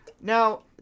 Now